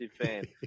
fan